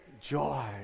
joy